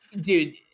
dude